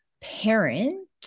parent